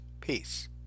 Peace